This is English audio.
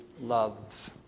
love